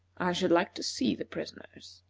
should like to see the prisoners.